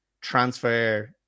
transfer